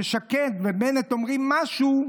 כששקד ובנט אומרים משהו,